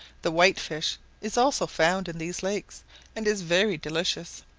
the white fish is also found in these lakes and is very delicious.